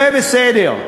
זה בסדר.